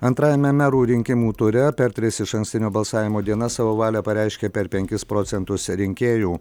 antrajame merų rinkimų ture per tris išankstinio balsavimo dienas savo valią pareiškė per penkis procentus rinkėjų